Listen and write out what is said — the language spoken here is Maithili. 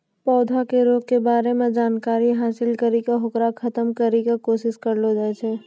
पौधा के रोग के बारे मॅ जानकारी हासिल करी क होकरा खत्म करै के कोशिश करलो जाय छै